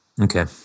Okay